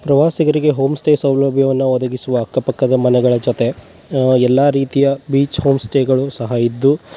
ಪ್ರವಾಸಿಗರಿಗೆ home stay ಸೌಲಭ್ಯವನ್ನ ಒದಗಿಸುವ ಅಕ್ಕಪಕ್ಕದ ಮನೆಗಳ ಜೊತೆ ಎಲ್ಲಾ ರೀತಿಯ ಬೀಚ್ ಹೋಮ್ ಸ್ಟೇಗಳು ಸಹ ಇದ್ದು